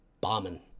bombing